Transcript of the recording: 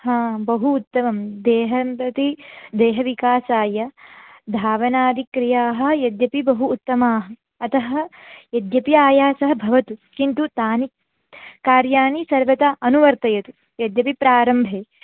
हा बहु उत्तमं देहन्ददि देहविकासाय धावनादिक्रियाः यद्यपि बहु उत्तमाः अतः यद्यपि आयासः भवति किन्तु तानि कार्याणि सर्वदा अनुवर्तयतु यद्यपि प्रारम्भे